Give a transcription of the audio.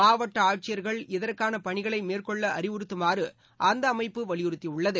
மாவட்ட ஆட்சியிர்கள் இதற்கான பணிகளை மேற்கொள்ள அறிவு றுத்துமாறு அந்த அமைப்பு வலியுறுத்தியுள்ளது